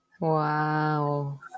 Wow